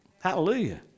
Hallelujah